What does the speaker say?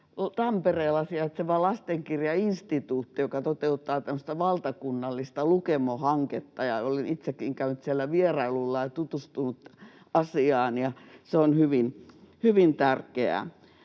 Tampereella sijaitseva Lastenkirjainstituutti, joka toteuttaa tämmöistä valtakunnallista Lukemo-hanketta. Olen itsekin käynyt siellä vierailulla ja tutustunut asiaan, ja se on hyvin tärkeää.